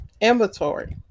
inventory